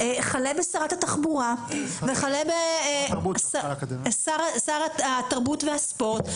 עבור בשרת התחבורה וכלה בשר התרבות והספורט,